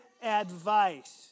Advice